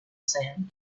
sand